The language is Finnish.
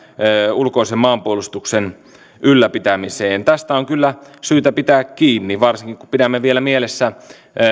ulkoisen maanpuolustuksen ylläpitämiseen tästä on kyllä syytä pitää kiinni varsinkin kun pidämme vielä mielessä